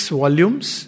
volumes